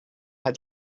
had